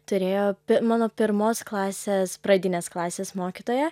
turėjo mano pirmos klasės pradinės klasės mokytoja